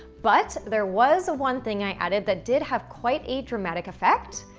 but there was one thing i added that did have quite a dramatic effect,